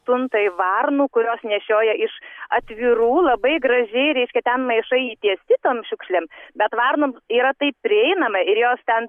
tuntai varnų kurios nešioja iš atvirų labai gražiai reiškia ten maišai įtiesti tom šiukšlėm bet varnom yra tai prieinama ir jos ten